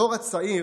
הדור הצעיר,